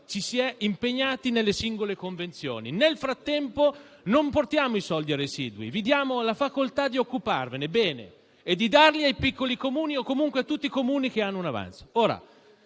ci si è impegnati a fare nelle singole convenzioni. Nel frattempo, non portiamo i soldi a residui, vi diamo la facoltà di occuparvene e di darli ai piccoli Comuni o comunque a tutti i Comuni che hanno un avanzo.